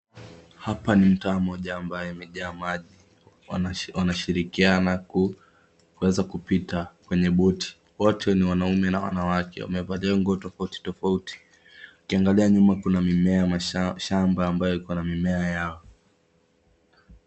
hapa ni mtaa moja ambayo imejaa maji wanashirihikiana kuweza kupita kwenye boti wote ni wanaume na wanawake wamevalia nguo tofauti tofauti ukiangalia nyuma kuna mimea ya mashamba amayo ikona mimea